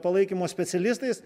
palaikymo specialistais